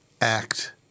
act